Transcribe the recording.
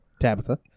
Tabitha